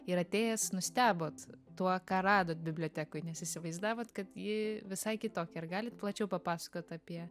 ir atėjęs nustebot tuo ką radot bibliotekoj nes įsivaizdavot kad ji visai kitokia ar galit plačiau papasakot apie